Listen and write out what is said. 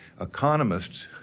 economists